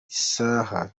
saha